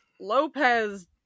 Lopez